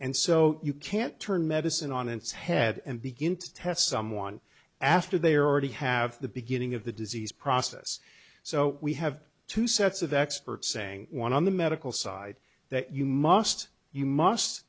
and so you can't turn medicine on its head and begin to test someone after they are already have the beginning of the disease process so we have two sets of experts saying one on the medical side that you must you must